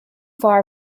far